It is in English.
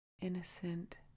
innocent